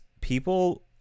people